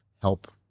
help